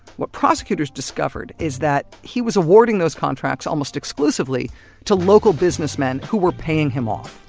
what prosecutors discovered, is that he was awarding those contracts almost exclusively to local businessmen who were paying him off.